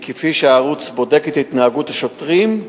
כי כפי שהערוץ בודק את התנהגות השוטרים,